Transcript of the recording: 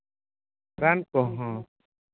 ᱨᱟᱱ ᱠᱚᱦᱚᱸ